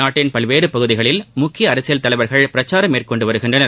நாட்டின் பல்வேறு பகுதிகளில் முக்கிய அரசியல் தலைவர்கள் பிரச்சாரம் மேற்கொண்டு வருகின்றனர்